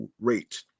rate